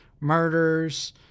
murders